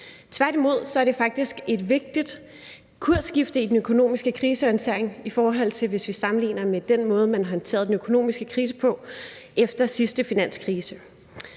Tværtimod er det faktisk et vigtigt kursskifte i den økonomiske krisehåndtering, i forhold til hvis vi sammenligner med den måde, man håndterede den økonomiske krise på efter sidste finanskrise.